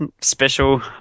special